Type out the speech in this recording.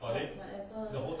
like whatever lah